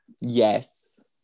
Yes